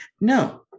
No